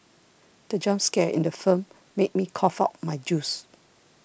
the jump scare in the film made me cough out my juice